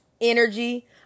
energy